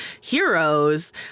heroes